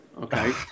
Okay